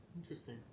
Interesting